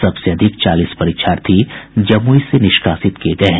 सबसे अधिक चालीस परीक्षार्थी जमूई से निष्कासित किये गये हैं